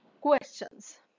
questions